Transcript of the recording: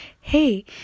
hey